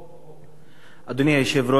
אדוני היושב-ראש, חברי חברי הכנסת,